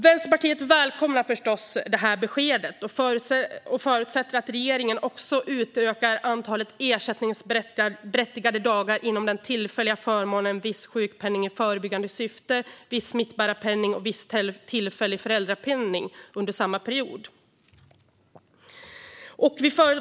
Vänsterpartiet välkomnar förstås det här beskedet och förutsätter att regeringen också utökar antalet ersättningsberättigade dagar under samma period inom de tillfälliga förmånerna viss sjukpenning i förebyggande syfte, viss smittbärarpenning och viss tillfällig föräldrapenning.